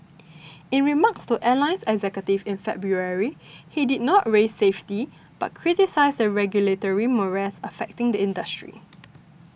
in remarks to airline executives in February he did not raise safety but criticised the regulatory morass affecting the industry